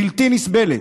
בלתי נסבלת.